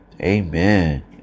amen